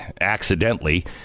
accidentally